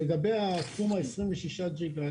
לגבי התחום ה-26 ג'יגה,